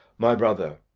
my brother.